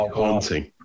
haunting